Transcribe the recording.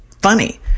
funny